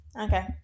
Okay